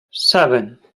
seven